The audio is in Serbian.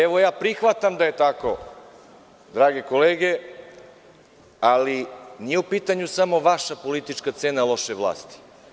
Evo, prihvatam da je to tako, drage kolege, ali nije u pitanju samo vaša politička cena loše vlasti.